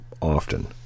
often